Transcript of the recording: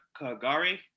Kagari